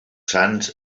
sants